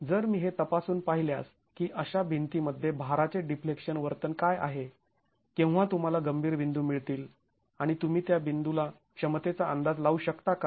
म्हणून जर मी हे तपासून पाहिल्यास की अशा भिंतीमध्ये भाराचे डिफ्लेक्शन वर्तन काय आहे केव्हा तुम्हाला गंभीर बिंदू मिळतील आणि तुम्ही त्या बिंदूला क्षमतेचा अंदाज लावू शकता का